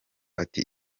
ati